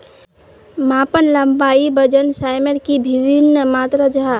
मापन लंबाई वजन सयमेर की वि भिन्न मात्र जाहा?